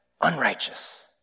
unrighteous